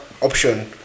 option